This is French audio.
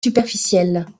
superficielle